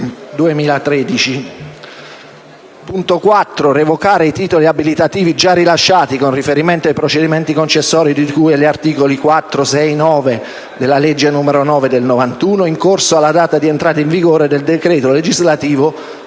chiede la revoca dei titoli abilitativi già rilasciati con riferimento ai procedimenti concessori di cui agli articoli 4, 6 e 9 della legge n. 9 del 1991 in corso alla data di entrata in vigore del decreto legislativo